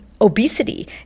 obesity